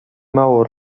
mało